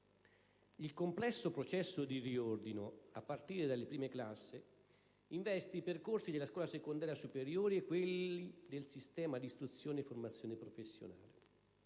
Il complesso processo di riordino, a partire dalle prime classi, investe i percorsi della scuola secondaria superiore e quelli del sistema di istruzione e formazione professionale.